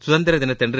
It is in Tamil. சுதந்திர தினத்தன்று